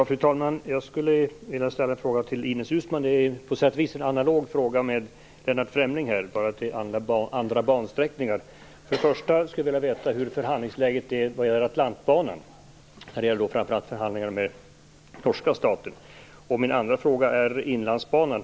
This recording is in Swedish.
Fru talman! Jag skulle vilja ställa en fråga till Ines Uusmann. Den är på sätt och vis analog med den som Lennart Främling ställde, den går bara i andra banor. Först och främst skulle jag vilja veta hur förhandlingsläget är vad gäller Atlantbanan, framför allt när det gäller förhandlingar med norska staten. Min andra fråga gäller Inlandsbanan.